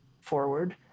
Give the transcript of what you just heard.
forward